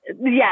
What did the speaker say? Yes